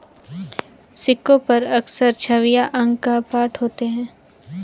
सिक्कों पर अक्सर छवियां अंक या पाठ होते हैं